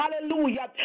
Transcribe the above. hallelujah